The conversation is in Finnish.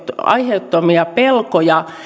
aiheettomia pelkoja